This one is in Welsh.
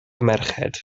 merched